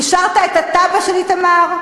אישרת את התב"ע של איתמר?